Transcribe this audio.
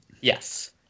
Yes